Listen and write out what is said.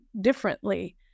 differently